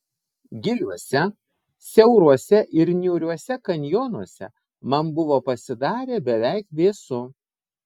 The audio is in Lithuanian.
giliuose siauruose ir niūriuose kanjonuose man buvo pasidarę beveik vėsu